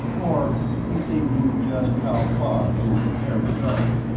or if they knew just how far they were prepared to go.